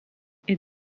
est